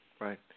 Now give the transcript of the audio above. right